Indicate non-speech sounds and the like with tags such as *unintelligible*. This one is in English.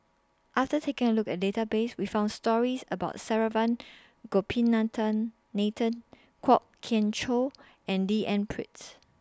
after taking A Look At The Database We found stories about Saravanan Gopinathan *unintelligible* Kwok Kian Chow and D N Pritt